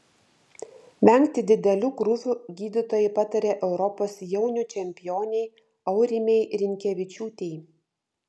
vengti didelių krūvių gydytojai patarė europos jaunių čempionei aurimei rinkevičiūtei